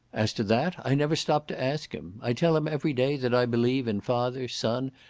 as to that, i never stop to ask him. i tell him every day that i believe in father, son,